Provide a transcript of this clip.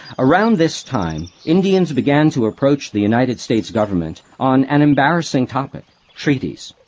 around this time, indians began to approach the united states government on an embarrassing topic treaties.